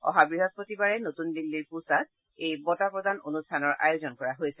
অহা বৃহস্পতিবাৰে নতুন দিল্লীৰ পুছাত বঁটা প্ৰদান অনুষ্ঠানৰ আয়োজন কৰা হৈছে